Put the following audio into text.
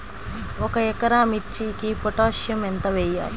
ఒక ఎకరా మిర్చీకి పొటాషియం ఎంత వెయ్యాలి?